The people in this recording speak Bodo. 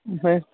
ओमफाय